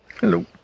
Hello